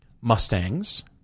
Mustangs